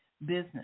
business